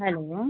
hello